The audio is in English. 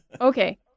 Okay